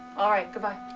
all right. good-bye. ah!